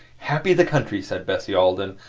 happy the country, said bessie alden,